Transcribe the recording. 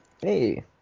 Hey